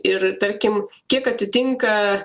ir tarkim kiek atitinka